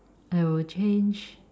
I will change